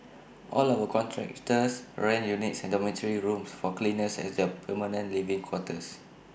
all our contractors rent units and dormitory rooms for cleaners as their permanent living quarters